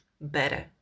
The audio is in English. better